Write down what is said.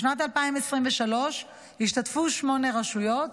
בשנת 2023 השתתפו שמונה רשויות: